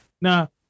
Now